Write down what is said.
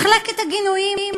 מחלקת הגינויים.